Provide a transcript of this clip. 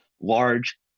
large